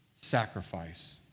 sacrifice